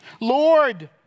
Lord